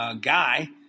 Guy